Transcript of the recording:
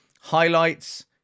Highlights